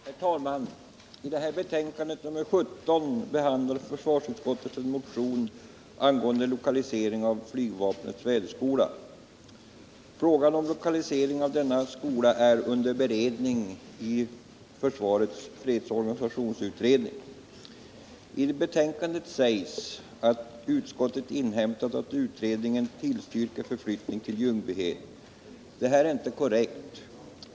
Herr talman! I sitt betänkande nr 17 behandlar försvarsutskottet en motion angående lokaliseringen av flygvapnets väderskola. Frågan om denna skolas lokalisering är under beredning av försvarets fredsorganisationsutredning. I betänkandet sägs att utskottet har inhämtat att utredningen tillstyrker förflyttning till Ljungbyhed. Detta är inte korrekt.